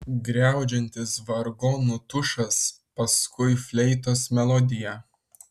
griaudžiantis vargonų tušas paskui fleitos melodija